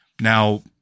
Now